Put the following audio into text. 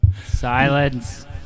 Silence